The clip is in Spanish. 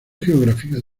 geográfica